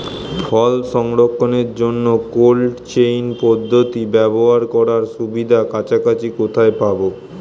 ফল সংরক্ষণের জন্য cold chain পদ্ধতি ব্যবহার করার সুবিধা কাছাকাছি কোথায় পাবো?